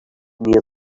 near